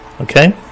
Okay